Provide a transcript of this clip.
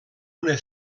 una